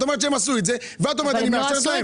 את אומרת שהם עשו את זה ואחר כך את מאשרת להם?